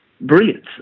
brilliant